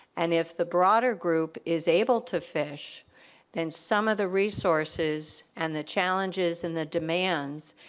and if the broader group is able to finish then some of the resources and the challenges and the demands,